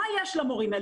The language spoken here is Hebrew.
מה יש למורים האלה?